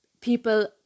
people